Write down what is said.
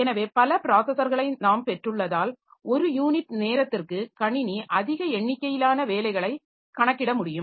எனவே பல ப்ராஸஸர்களை நாம் பெற்றுள்ளதால் ஒரு யூனிட் நேரத்திற்கு கணினி அதிக எண்ணிக்கையிலான வேலைகளை கணக்கிட முடியும்